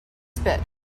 spit